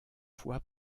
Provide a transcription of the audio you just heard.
fois